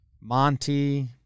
Monty